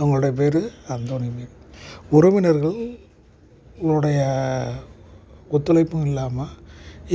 அவங்களோட பேர் Anthony Mary உறவினர்கள் உடைய ஒத்துழைப்பும் இல்லாமல்